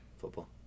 football